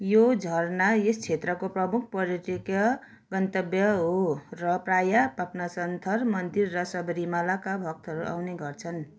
यो झर्ना यस क्षेत्रको प्रमुख पर्यटकीय गन्तव्य हो र प्राय पापनासन्थर मन्दिर र सबरीमालाका भक्तहरू आउने गर्छन्